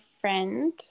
friend